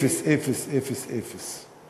אפס, אפס, אפס, אפס.